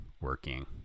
working